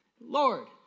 Lord